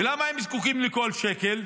ולמה הם זקוקים לכל שקל?